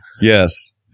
Yes